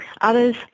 Others